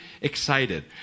excited